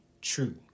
true